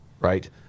right